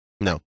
No